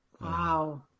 Wow